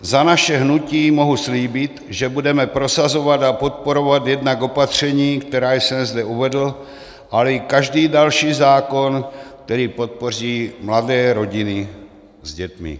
Za naše hnutí mohu slíbit, že budeme prosazovat a podporovat jednak opatření, která jsem zde uvedl, ale i každý další zákon, který podpoří mladé rodiny s dětmi.